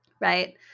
right